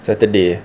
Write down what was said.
saturday eh